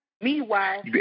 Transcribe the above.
Meanwhile